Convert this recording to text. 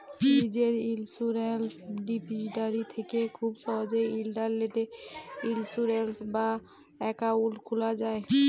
লীজের insurance depository থ্যাকে খুব সহজেই ইলটারলেটে ইলসুরেলস বা একাউল্ট খুলা যায়